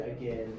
again